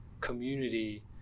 community